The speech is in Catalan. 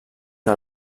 que